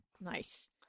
nice